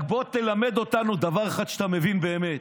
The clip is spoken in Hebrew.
רק בוא תלמד אותנו דבר אחד שאתה מבין באמת: